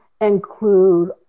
include